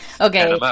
Okay